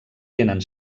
tenen